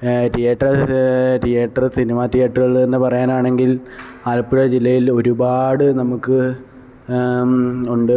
പിന്നെ തിയേറ്ററിൽ theatre cinema തിയേറ്ററുകളെന്ന് പറയാനാണെങ്കിൽ ആലപ്പുഴ ജില്ലയിലൊരുപാട് നമുക്ക് ഉണ്ട്